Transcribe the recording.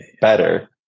better